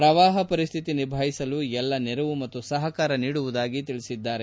ಪ್ರವಾಹ ಪರಿಸ್ಥಿತಿ ನಿಭಾಯಿಸಲು ಎಲ್ಲ ನೆರವು ಮತ್ತು ಸಹಕಾರ ನೀಡುವುದಾಗಿ ತಿಳಿಸಿದ್ದಾರೆ